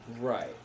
Right